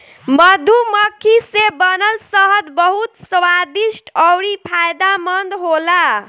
मधुमक्खी से बनल शहद बहुत स्वादिष्ट अउरी फायदामंद होला